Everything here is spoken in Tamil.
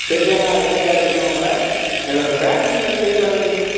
சரி சார் நான் எக்ஸ்ட்ரா கேர் எடுக்கிறேன் அவன் மேல பேரன்ட்ஸ் மீட்டிங் நடந்துச்சி எதுக்கு வரல நீங்கள்